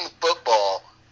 football